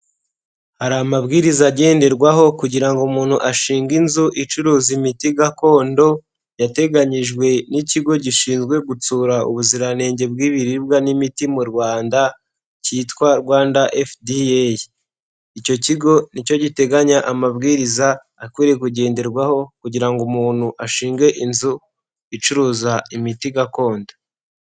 Hari amabwiriza agenderwaho kugira ngo umuntu ashinge inzu icuruza imiti gakondo yateganyijwe n'Ikigo gishinzwe gutsura Ubuziranenge bw'Ibiribwa n'imiti mu Rwanda, kitwa Rwanda FDA, icyo kigo ni cyo giteganya amabwiriza akwiye kugenderwaho kugira ngo umuntu ashinge inzu icuruza imiti gakondo.